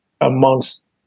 amongst